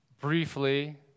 Briefly